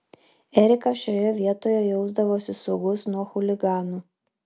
erikas šioje vietoje jausdavosi saugus nuo chuliganų